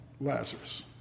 Lazarus